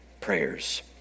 prayers